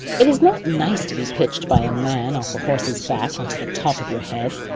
it is not nice to be pitched by a man off a horse's back on to the top of your head.